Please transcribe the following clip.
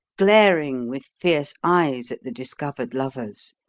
glaring with fierce eyes at the discovered lovers.